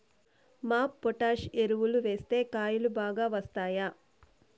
MOP potash ఎరువులు వేస్తే కాయలు బాగా వస్తాయా?